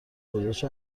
گزارش